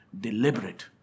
deliberate